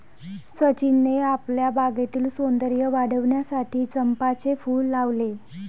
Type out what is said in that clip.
सचिनने आपल्या बागेतील सौंदर्य वाढविण्यासाठी चंपाचे फूल लावले